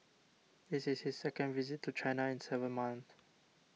this is his second visit to China in seven months